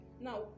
Now